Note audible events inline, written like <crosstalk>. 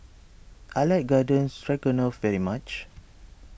I like Garden Stroganoff very much <noise>